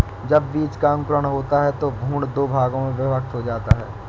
जब बीज का अंकुरण होता है तो भ्रूण दो भागों में विभक्त हो जाता है